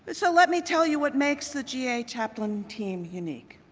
but so let me tell you what makes the g a chaplain team unique.